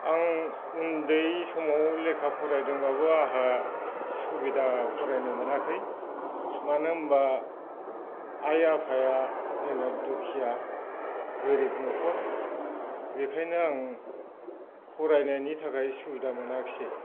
आं उन्दै समाव लेखा फरायदोंब्लाबो आहा सुबिदा फरायनो मोनाखै मानो होमब्ला आइ आफाया जोंना दुखिया गोरिब न'खर बेखायनो आं फरायनायनि थाखाय सुबिदा मोनाखैसै